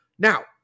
now